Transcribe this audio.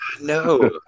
No